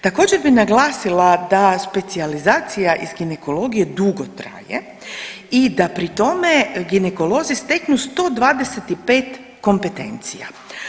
Također bi naglasila da specijalizacija iz ginekolegije dugo traje i da pri tome ginekolozi steknu 125 kompetencija.